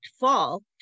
fall